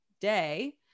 day